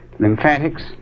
lymphatics